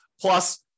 Plus